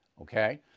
okay